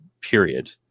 period